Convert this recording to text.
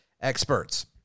experts